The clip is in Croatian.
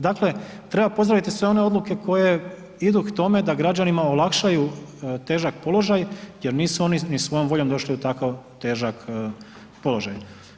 Dakle, treba pozdraviti sve one odluke koje idu k tome da građanima olakšaju težak položaj jer nisu oni ni svojom voljom došli u tako težak položaj.